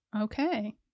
Okay